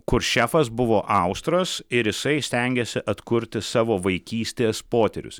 kur šefas buvo austras ir jisai stengėsi atkurti savo vaikystės potyrius